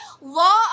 Law